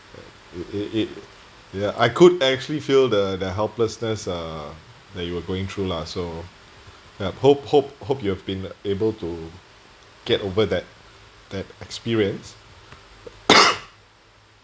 it it ya I could actually feel the the helplessness uh that you were going through lah so ya hope hope hope you have been like able to get over that that experience